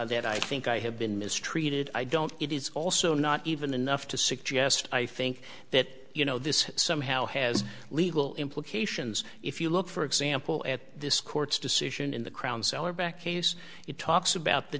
that i think i have been mistreated i don't it is also not even enough to suggest i think that you know this somehow has legal implications if you look for example at this court's decision in the crown seller back case it talks about the